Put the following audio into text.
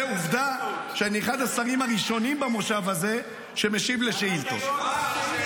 עובדה שאני אחד השרים הראשונים במושב הזה שמשיב על שאילתות.